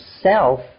self